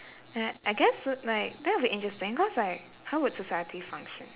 uh I guess so like that would be interesting cause like how would society function